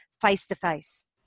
face-to-face